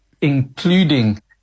including